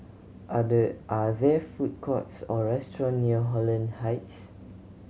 are there are there food courts or restaurant near Holland Heights